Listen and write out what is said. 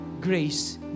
grace